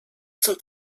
zum